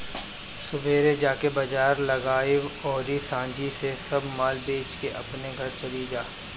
सुबेरे जाके बाजार लगावअ अउरी सांझी से सब माल बेच के अपनी घरे चली जा